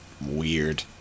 weird